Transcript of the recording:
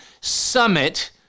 summit